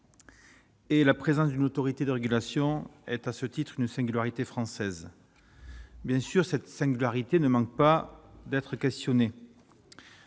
Et la présence d'une autorité de régulation est à ce titre une singularité française, bien sûr, cette singularité ne manque pas d'être questionné